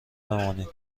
بمانید